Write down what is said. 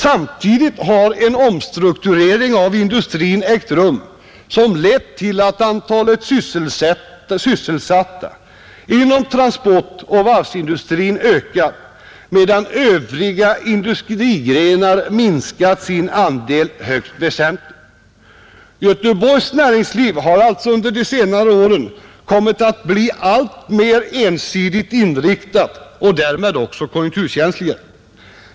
Samtidigt har en omstrukturering av industrin ägt rum som lett till att antalet sysselsatta inom transportoch varvsindustrierna ökat medan övriga industrigrenar minskat sin andel högst väsentligt, Göteborgs näringsliv har alltså under de senare åren kommit att bli alltmer ensidigt inriktat och därmed också konjunkturkänsligare.